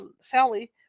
Sally